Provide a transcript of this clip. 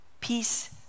Peace